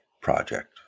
project